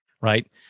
right